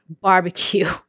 barbecue